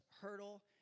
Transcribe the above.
hurdle